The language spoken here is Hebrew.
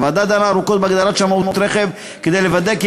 הוועדה דנה ארוכות בהגדרת שמאות רכב כדי לוודא כי